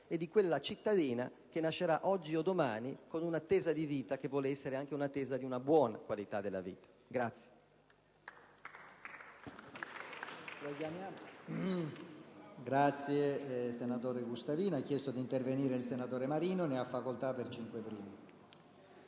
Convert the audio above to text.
e di quella cittadina che nascerà oggi o domani, con un'attesa di vita che vuole essere anche l'attesa di una buona qualità della vita.